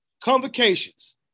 Convocations